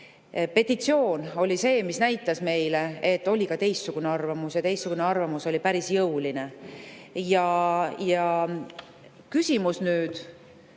Petitsioon oli see, mis näitas meile, et oli ka teistsugune arvamus, ja teistsugune arvamus oli päris jõuline. Küsimus on nüüd